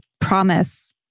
promise